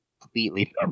completely